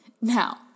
Now